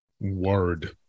Word